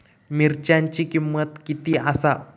मिरच्यांची किंमत किती आसा?